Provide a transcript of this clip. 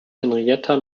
henrietta